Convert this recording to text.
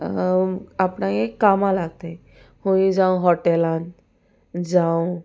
आपणागे एक कामां लागताय खूंय जावं हॉटेलान जावं